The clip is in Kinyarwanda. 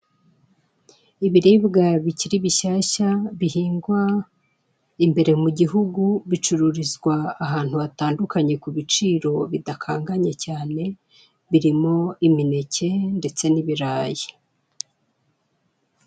Ibiribwa bikiri bishyashya bihingwa imbere mu gihugu bicurururizwa ahantu hatandukanye ku biciro bidakanganye cyane birimo imineke ndetse nibirayi.